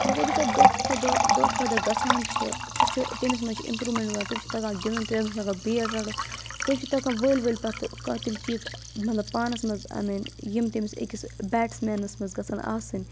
مگر یوٗتاہ دۄہ کھۄتہٕ دۄہ دۄہ کھۄتہٕ دۄہ گژھان چھُ سُہ چھُ تٔمِس منٛز چھِ اِمپروٗمؠنٛٹ وَنان تٔمِس چھِ تَگان گِنٛدُن تٔمِس چھِ ہؠکان بیڈ رَٹُن تٔمِس چھِ تَگان ؤلۍ وَلۍ پَتہٕ کانٛہہ تِم چیٖز مطلب پانَس منٛز اَنٕنۍ یِم تٔمِس أکِس بیٹٕس مینَس منٛز گژھن آسٕنۍ